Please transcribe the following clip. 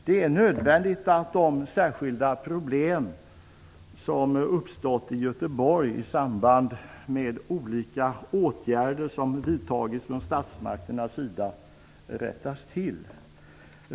Det är nödvändigt att komma till rätta med de särskilda problem som uppstått i Göteborg i samband med de olika åtgärder som vidtagits från statsmakternas sida.